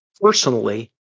personally